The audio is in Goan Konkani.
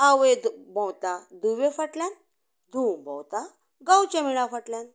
आवय भोंवता धुवे फाटल्यान धूव भोंवता गांवच्या मेळा फाटल्यान